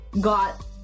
got